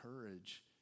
courage